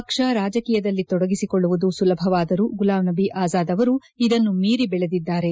ಪಕ್ಷ ರಾಜಕೀಯದಲ್ಲಿ ತೊಡಗಿಸಿಕೊಳ್ಳುವುದು ಸುಲಭವಾದರೂ ಗುಲಾಂ ನಬಿ ಆಜಾದ್ ಅವರು ಇದನ್ನು ಮೀರಿ ಬೆಳೆದಿದ್ದಾರೆ